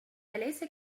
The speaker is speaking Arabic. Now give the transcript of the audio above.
أليس